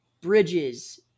Bridges